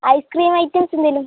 ice cream items എന്തെങ്കിലും